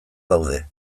daude